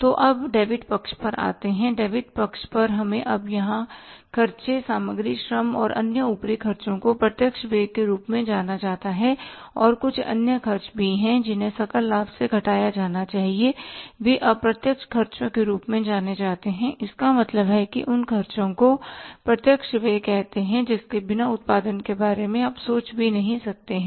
तो अब डेबिट पक्ष पर आते हैं डेबिट पक्ष पर हमें अब यह खर्चे सामग्री श्रम और अन्य ऊपरी खर्चों को प्रत्यक्ष व्यय के रूप में जाना जाता है और कुछ अन्य खर्च भी हैं जिन्हें सकल लाभ से घटाया जाना चाहिए वे अप्रत्यक्ष खर्चों के रूप में जाने जाते है इसका मतलब है कि उन खर्चों को प्रत्यक्ष व्यय कहते हैं जिसके बिना उत्पादन के बारे में आप सोच भी नहीं सकते हैं